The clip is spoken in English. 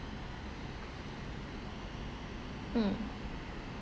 mm